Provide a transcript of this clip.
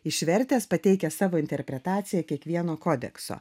išvertęs pateikės savo interpretaciją kiekvieno kodekso